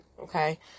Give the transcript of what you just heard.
okay